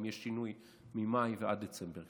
אם יש שינוי ממאי ועד דצמבר,